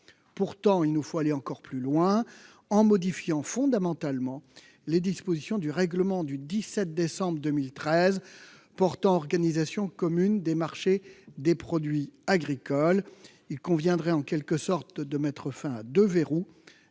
Pourtant, il nous faut aller encore plus loin en modifiant fondamentalement les dispositions du règlement du 17 décembre 2013 portant organisation commune des marchés des produits agricoles. Il conviendrait en quelque sorte de mettre fin à deux verrous